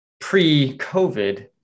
pre-COVID